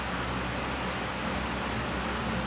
but I hate mutton taste